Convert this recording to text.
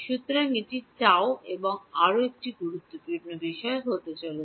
সুতরাং এটি τ এবং আরও একটি গুরুত্বপূর্ণ বিষয় হতে চলেছে